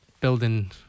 building